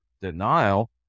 denial